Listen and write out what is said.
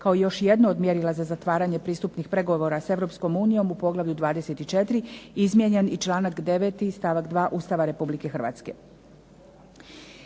kao još jedno od mjerila za zatvaranje pristupnih pregovora sa Europskom unijom u poglavlju 24. izmijenjen i članak 9. stavak 2. Ustava Republike Hrvatske.